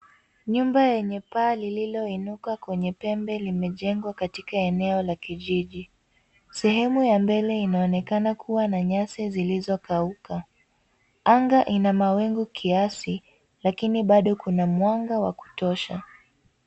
Nyumba yenye paa lililoinuka kwenye pembe limejengwa katika eneo la kijiji. Sehemu ya mbele inaonekana kuwa na nyasi zilizokauka. Anga ina mawingu kiasi lakini bado kuna mwanga wa kutosha.